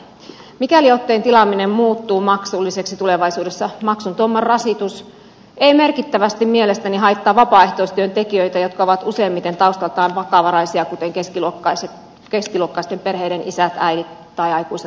mikäli otteen tilaaminen muuttuu maksulliseksi tulevaisuudessa maksun tuoma rasitus ei merkittävästi mielestäni haittaa vapaaehtoistyön tekijöitä jotka ovat useimmiten taustaltaan vakavaraisia kuten keskiluokkaisten perheiden isät äidit tai aikuiset lapset